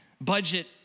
Budget